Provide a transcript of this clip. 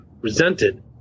resented